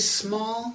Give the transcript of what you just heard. small